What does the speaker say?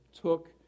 took